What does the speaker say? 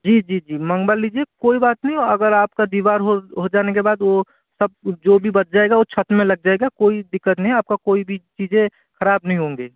जी जी जी मंगवा लीजिए कोई बात नहीं अगर आपका दीवार हो हो जाने के बाद वो सब जो भी बच जाएगा वो छत में लग जाएगा कोई दिक्कत नहीं आपका कोई भी चीज़ें खराब नहीं होंगे